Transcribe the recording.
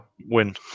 win